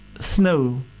snow